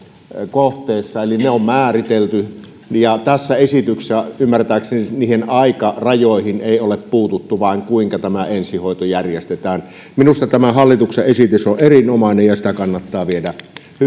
kohteessa eli ne on määritelty ja tässä esityksessä ymmärtääkseni niihin aikarajoihin ei ole puututtu vaan siihen kuinka ensihoito järjestetään minusta hallituksen esitys on erinomainen ja sitä kannattaa viedä